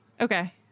Okay